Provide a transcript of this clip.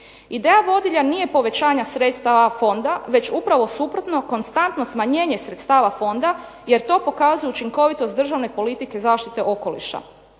Ideja vodilja nije povećanje sredstava fonda, već upravo suprotno konstantno smanjenje sredstava fonda, jer to pokazuje učinkovitost državne politike zaštite okoliša.